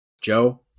Joe